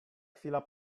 chwila